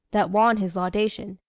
that won his laudation.